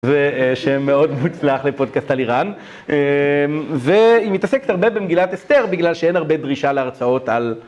וזה של מאוד מוצלח לפודקאסט על איראן, והיא מתעסקת הרבה במגילת אסתר, בגלל שאין הרבה דרישה להרצאות על...